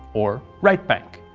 or right bank.